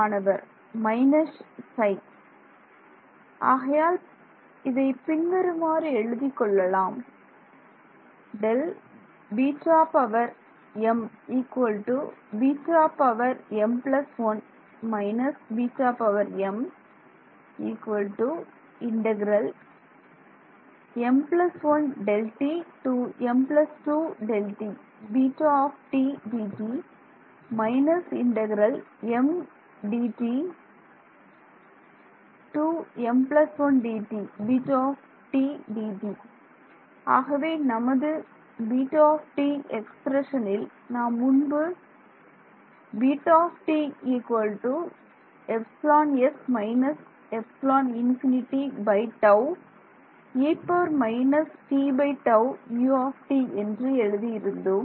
மாணவர் ஆகையால் இதை பின்வருமாறு எழுதிக் கொள்ளலாம் ஆகவே நமது β எக்ஸ்பிரஷனில் நாம் முன்பு என்று எழுதி இருந்தோம்